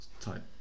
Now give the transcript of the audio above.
type